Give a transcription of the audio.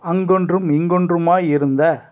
அங்கொன்றும் இங்கொன்றுமாய் இருந்த